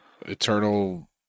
eternal